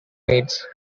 meets